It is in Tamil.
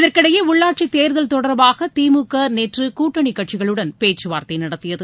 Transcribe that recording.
இதற்கிடையே உள்ளாட்சி தேர்தல் தொடர்பாக திமுக நேற்று கூட்டணி கட்சிகளுடன் பேச்சுவார்த்தை நடத்தியது